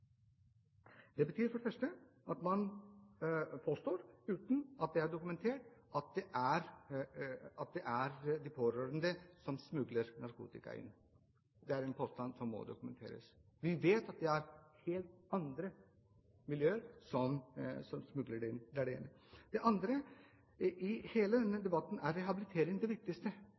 Det betyr for det første at man påstår, uten at det er dokumentert, at det er de pårørende som smugler narkotika inn. Det er en påstand som må dokumenteres. Vi vet at det er helt andre miljøer som smugler det inn. Det er det ene. Det andre: I hele denne debatten er rehabilitering det viktigste